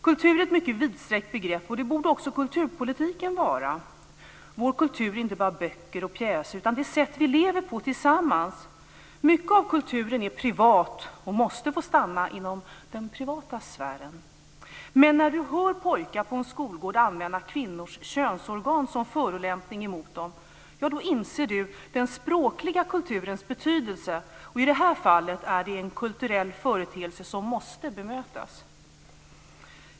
Kultur är ett mycket vidsträckt begrepp, och det borde också kulturpolitiken vara. Vår kultur är inte bara böcker och pjäser utan det sätt vi lever på tillsammans. Mycket av kulturen är privat och måste få stanna inom den privata sfären. Men när du hör pojkar på en skolgård använda kvinnors könsorgan som förolämpning emot dem, inser du den språkliga kulturens betydelse. I det här fallet är det en kulturell företeelse som måste bemötas.